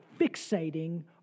fixating